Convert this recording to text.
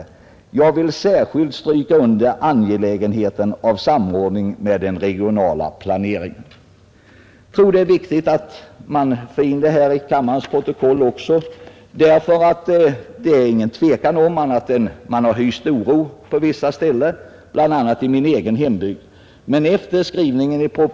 Jag vill särskilt stryka under angelägenheten av samordning med den regionala planeringen.” Jag tror att det är viktigt att få in även detta i kammarens protokoll. Det råder nämligen inget tvivel om att man på vissa ställen, bl.a. i min egen hembygd, har hyst oro.